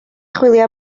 chwilio